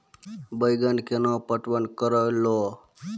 बैंगन केना पटवन करऽ लो?